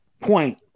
point